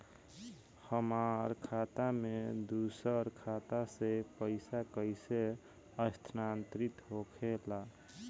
हमार खाता में दूसर खाता से पइसा कइसे स्थानांतरित होखे ला?